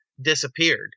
disappeared